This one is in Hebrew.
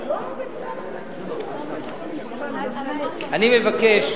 אני מבקש